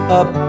up